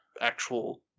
actual